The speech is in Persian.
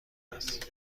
است